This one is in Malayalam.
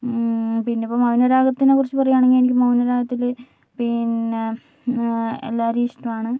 പിന്നിപ്പം മൗനരാഗത്തിനെക്കുറിച്ചു പറയാണെങ്കിൽ എനിക്ക് മൗനരാഗത്തിൽ പിന്നെ എല്ലാവരെയും ഇഷ്ട്ടാണ്